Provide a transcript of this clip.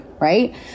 Right